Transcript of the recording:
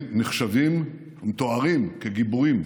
שנחשבים ומתוארים כגיבורים,